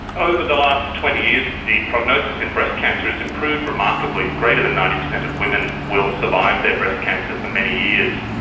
over the last twenty years the prognosis in breast cancer has improved remarkably greater than ninety percent of women will survive their breast for many years.